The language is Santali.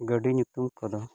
ᱜᱟᱹᱰᱤ ᱧᱩᱛᱩᱢ ᱠᱚᱫᱚ